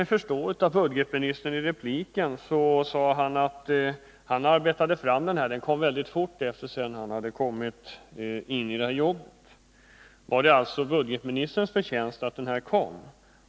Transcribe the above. Men såvitt jag förstod sade herr Wirtén i sin replik att propositionen om skatteflyktsklausulen lades fram mycket snabbt efter det att herr Wirtén tillträtt posten som budgetminister. Var det alltså budgetministerns förtjänst att propositionen lades fram?